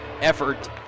effort